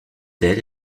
d’elles